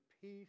peace